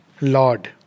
Lord